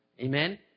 Amen